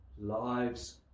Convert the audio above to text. lives